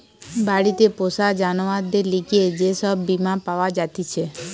বাড়িতে পোষা জানোয়ারদের লিগে যে সব বীমা পাওয়া জাতিছে